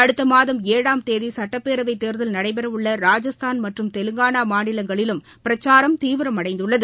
அடுத்த மாதம் ஏழாம் தேதி சுட்டப்பேரவைத் தேர்தல் நடைபெறவுள்ள ராஜஸ்தான் மற்றும் தெலங்கானா மாநிலங்களிலும் பிரச்சாரம் தீவிரமடைந்துள்ளது